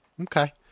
Okay